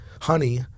honey